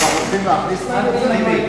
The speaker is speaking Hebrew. ואנחנו מסתכלים אחד על השני,